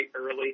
early